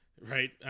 right